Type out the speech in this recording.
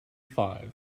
five